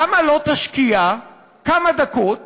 למה לא תשקיע כמה דקות